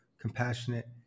compassionate